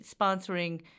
sponsoring